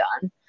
done